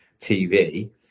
TV